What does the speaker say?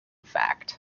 fact